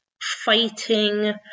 fighting